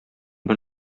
бер